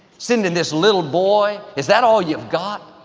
sending this little boy, is that all you've got?